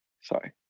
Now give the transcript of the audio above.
Sorry